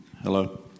Hello